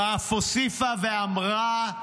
ואף הוסיפה ואמרה: